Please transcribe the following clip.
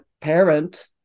parent